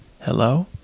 hello